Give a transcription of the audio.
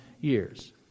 years